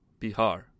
Bihar